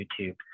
YouTube